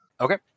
Okay